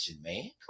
man